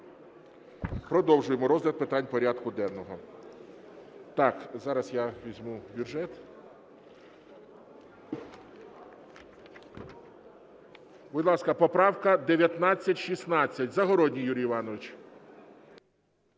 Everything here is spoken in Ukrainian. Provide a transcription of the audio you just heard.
Продовжуємо розгляд питань порядку денного. Так, зараз я візьму бюджет. Будь ласка, поправка 1916. Загородній Юрій Іванович.